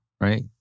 right